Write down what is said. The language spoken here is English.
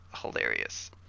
hilarious